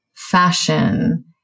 fashion